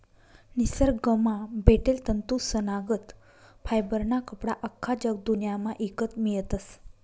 निसरगंमा भेटेल तंतूसनागत फायबरना कपडा आख्खा जगदुन्यामा ईकत मियतस